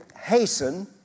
hasten